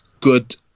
good